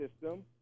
system